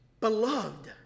Beloved